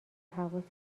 حواست